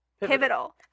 Pivotal